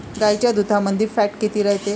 गाईच्या दुधामंदी फॅट किती रायते?